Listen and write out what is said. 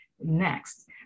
next